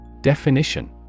Definition